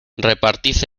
repartid